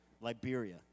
Liberia